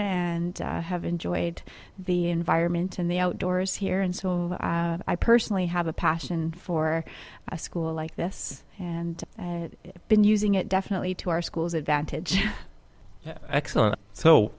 and have enjoyed the environment and the outdoors here and so i personally have a passion for a school like this and been using it definitely to our schools advantage excellent so